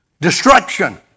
Destruction